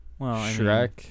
Shrek